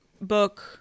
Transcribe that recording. book